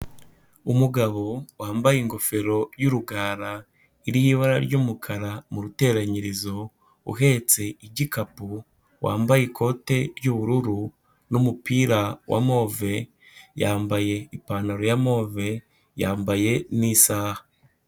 Umugabo wambaye ingofero y'urugara iriho ibara ry'umukara mu ruteranyirizo uhetse igikapu, wambaye ikote ry'ubururu, n'umupira wa move, yambaye ipantaro ya move, yambaye n'isaha.